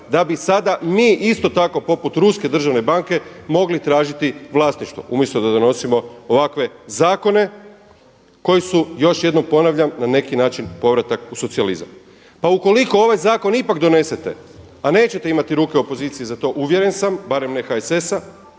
da bi sada mi isto tako poput ruske državne banke mogli tražiti vlasništvo, mjesto da donosimo ovakve zakone koji su još jednom ponavljam, na neki način povratak u socijalizam. Pa ukoliko ovaj zakon ipak donesete, a nećete imati ruke opozicije u to uvjeren sam, barem ne HSS-a